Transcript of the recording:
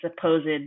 supposed